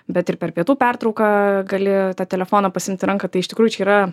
bet ir per pietų pertrauką gali tą telefoną pasiimt į ranką tai iš tikrųjų čia yra